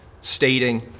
stating